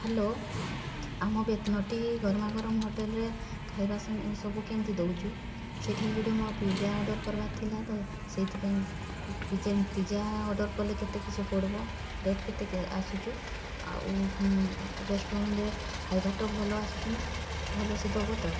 hello ଆମ ବେତନଟି ଗରମା ଗରମ ହୋଟେଲ୍ରେ ଖାଇବା ସେ ସବୁ କେମିତି ଦଉଚୁ ସେଠି ଗୁଟେ ମୋର୍ ପିଜା ଅର୍ଡ଼ର କରବାର୍ ଥିଲା ତ ସେଇଥିପାଇଁ ପିଜା ଅର୍ଡ଼ର କଲେ କେତେ କିସ ପଡ଼ବ୍ ରେଟ୍ କେତେ ଆସୁଚୁ ଆଉ ରେଷ୍ଟୁରାଣ୍ଟରେ ଖାଇବା ଟା ଭଲ ଆସୁଚୁ ନା ଭଲସେ ଦବ ତ